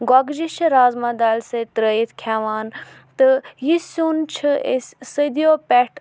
گۄگجہِ چھِ رازمہ دالہِ سۭتۍ ترٛٲیِتھ کھٮ۪وان تہٕ یہِ سیُٚن چھِ أسۍ صدیو پٮ۪ٹھ